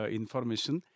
information